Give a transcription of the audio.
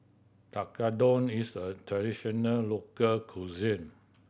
tekkadon is a traditional local cuisine